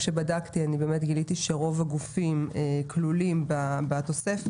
כשבדקתי את זה אני באמת גיליתי שרוב הגופים כלולים בתוספת,